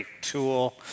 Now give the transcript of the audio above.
tool